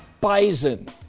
bison